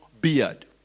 beard